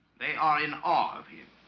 they are in awe of him